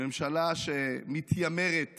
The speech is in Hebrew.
הממשלה, שמתיימרת